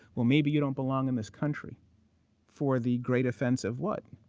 well, maybe you don't belong in this country for the great offense of what?